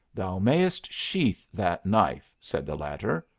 thou mayest sheathe that knife, said the latter.